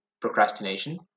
procrastination